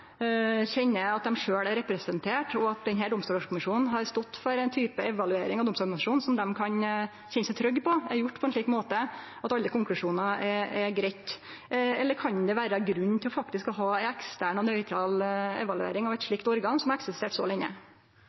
kjenner at dei sjølve er representerte, og at domstolkommisjonen har stått for ei evaluering av Domstoladministrasjonen som dei kan kjenne seg trygge på? Er det gjort på ein slik måte at alle konklusjonane er greie? Eller kan det vere grunn til faktisk å ha ei ekstern og nøytral evaluering av eit slikt organ, som har eksistert så